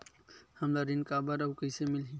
हमला ऋण काबर अउ कइसे मिलही?